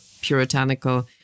puritanical